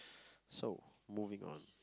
so moving on